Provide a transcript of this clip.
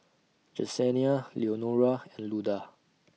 Jesenia Leonora and Luda